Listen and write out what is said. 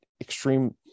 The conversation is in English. extreme